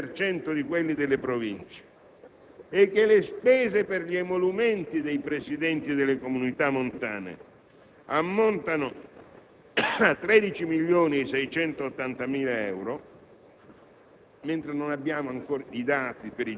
Se poi guardiamo alle tabelle relative alle spese per investimenti divise per interventi si accerta che per l'acquisizione di beni immobili sono stati spesi 353